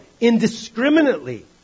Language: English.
indiscriminately